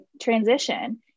transition